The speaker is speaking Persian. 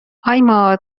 آیما